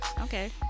Okay